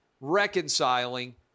reconciling